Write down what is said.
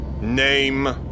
Name